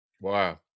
Wow